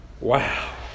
Wow